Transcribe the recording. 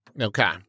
Okay